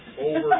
over